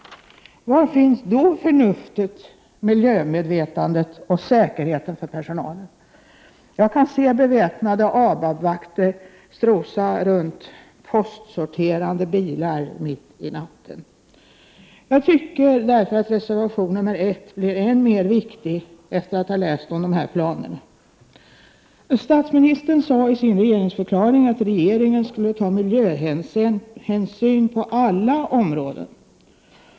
Var finns då förnuftet, miljömedvetandet och säkerheten för personalen? Jag kan framför mig se beväpnade ABAB-vakter i natten strosa runt bilar, i vilka det sorteras post. Efter att ha läst om dessa planer, anser jag reservation 1 vara än mer viktig. I sin regeringsförklaring sade statsministern att regeringen skulle ta miljöhänsyn när det gäller alla områden.